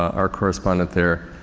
our correspondent there